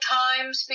times